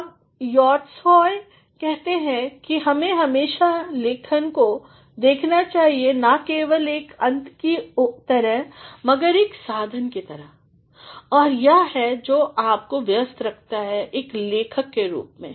अबयॉर्ट्सहोयकहते हैं कि हमें हमेशा लेखन को देखना चाहिए ना केवल एक अंत की तरह मगर एक साधन की तरह और यह है जो आपको व्यस्तरखता है एक लेखक के रूप में